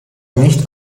nicht